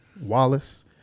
wallace